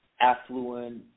affluent